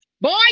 Boy